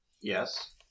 Yes